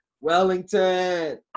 Wellington